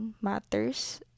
matters